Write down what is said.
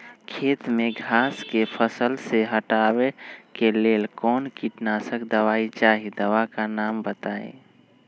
खेत में घास के फसल से हटावे के लेल कौन किटनाशक दवाई चाहि दवा का नाम बताआई?